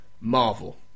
Marvel